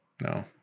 No